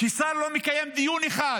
כששר לא מקיים דיון אחד